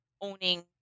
owning